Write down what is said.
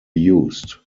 used